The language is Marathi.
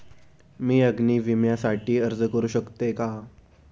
मी अग्नी विम्यासाठी अर्ज करू शकते का?